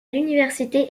l’université